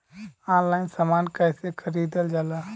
Online समान कैसे खरीदल जाला?